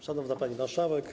Szanowna Pani Marszałek!